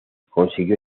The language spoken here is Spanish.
consiguió